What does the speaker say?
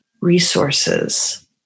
resources